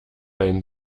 einen